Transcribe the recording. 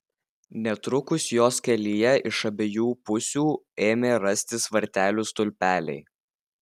netrukus jos kelyje iš abiejų pusių ėmė rastis vartelių stulpeliai